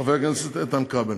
חבר הכנסת איתן כבל.